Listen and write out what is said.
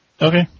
Okay